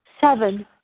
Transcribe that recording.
Seven